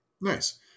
Nice